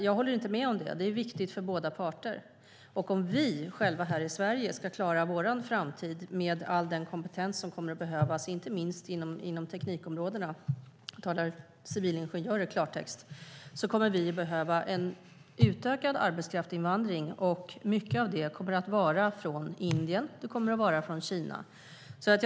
Jag håller inte med om det. Det är viktigt för båda parter. Om vi själva här i Sverige ska klara vår framtid med all den kompetens som kommer att behövas, inte minst inom teknikområdena - civilingenjörer i klartext - kommer vi att behöva en utökad arbetskraftsinvandring. En stor del av den kommer att vara från Indien och från Kina.